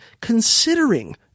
considering